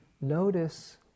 notice